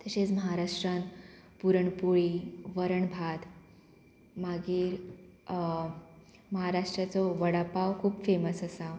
तशेंच महाराष्ट्रान पुरणपोळी वरणभात मागीर महाराष्ट्राचो वडा पाव खूब फेमस आसा